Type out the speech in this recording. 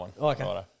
Okay